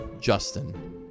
Justin